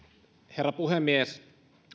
herra puhemies